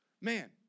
man